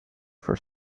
for